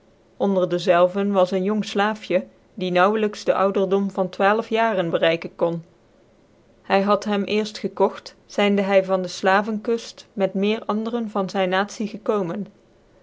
onder dczclvcn was ccn jong slaafje die naauwclyks den ouderdom van twaalf jaren bereiken kon hy had hem cerft gekogt zyndc hy van dc slavc kuft met meer anderen van zyn natie gekomen